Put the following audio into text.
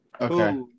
Okay